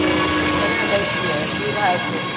आम केना दै छियै की भाओके हए